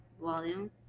volume